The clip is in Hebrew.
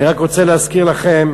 אני רק רוצה להזכיר לכם